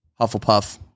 Hufflepuff